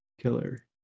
killer